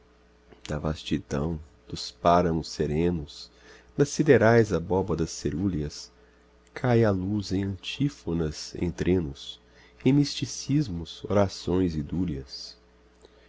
da vastidão dos páramos serenos das siderais abóbadas cerúleas cai a luz em antífonas em trenos em misticismos orações e dúlias